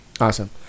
Awesome